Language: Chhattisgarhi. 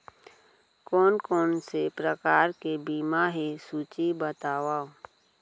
कोन कोन से प्रकार के बीमा हे सूची बतावव?